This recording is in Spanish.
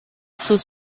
sus